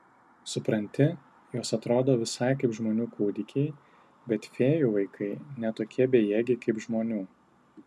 supranti jos atrodo visai kaip žmonių kūdikiai bet fėjų vaikai ne tokie bejėgiai kaip žmonių